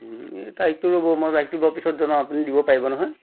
তাৰিখটো ৰ'ব মই তাৰিখটো বাৰু পিছত জনাম আপুনি দিব পাৰিব নহয়